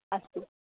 अस्तु